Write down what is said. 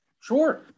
Sure